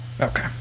Okay